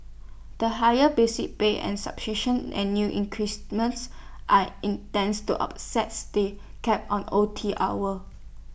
the higher basic pay and annual increments are intends to up says the cap on O T hours